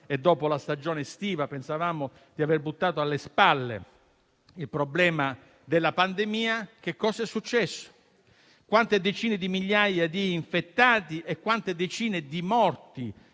e dopo la stagione estiva, quando pensavamo di aver buttato alle spalle il problema della pandemia; che cosa è successo? Quante decine di migliaia di infettati e quante decine di morti